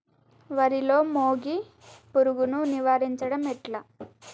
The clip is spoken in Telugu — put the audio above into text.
వరిలో మోగి పురుగును నివారించడం ఎట్లా?